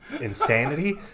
insanity